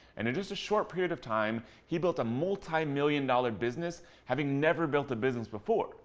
and in just a short period of time, he built a multi-million dollar business having never built a business before.